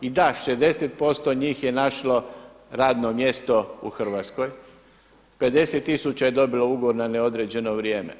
I da, 60% njih je našlo radno mjesto u Hrvatskoj, 50000 je dobilo ugovor na neodređeno vrijeme.